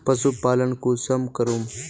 पशुपालन कुंसम करूम?